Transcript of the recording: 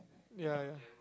ya ya